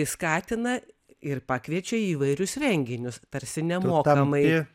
skatina ir pakviečia į įvairius renginius tarsi nemokamai